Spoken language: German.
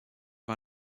war